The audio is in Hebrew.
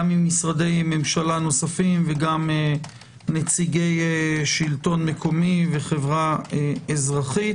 גם ממשרדי ממשלה נוספים וגם נציגי שלטון מקומי וחברה אזרחית.